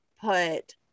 put